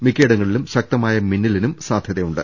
മിക്കയിടങ്ങളിലും ശക്ത മായ മിന്നലിനും സാധ്യതയുണ്ട്